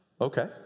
Okay